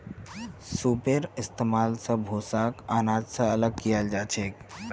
सूपेर इस्तेमाल स भूसाक आनाज स अलग कियाल जाछेक